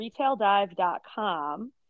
retaildive.com